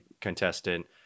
contestant